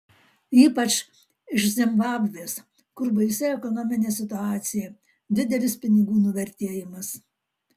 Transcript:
ypač iš zimbabvės kur baisi ekonominė situacija didelis pinigų nuvertėjimas